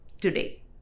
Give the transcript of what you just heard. today